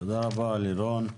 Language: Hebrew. תודה רבה לירון.